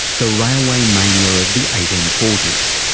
the railway mania of the eighteen forty s.